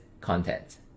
content